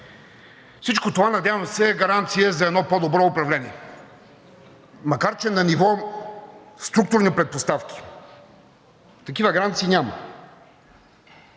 Всичко това е гаранция за едно по-добро управление, макар че на ниво структурни предпоставки такива гаранции няма.